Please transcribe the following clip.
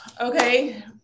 okay